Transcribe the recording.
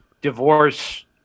divorce